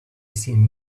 seen